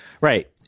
right